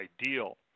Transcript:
ideal